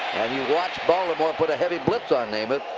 and you watched baltimore put a heavy blitz on namath.